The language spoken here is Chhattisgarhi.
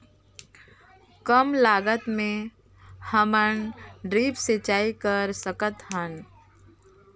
कम लागत मे हमन ड्रिप सिंचाई कर सकत हन?